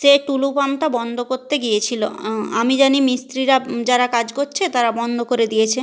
সে টুলু পাম্পটা বন্ধ করতে গিয়েছিলো আমি জানি মিস্ত্রিরা যারা কাজ করছে তারা বন্ধ করে দিয়েছে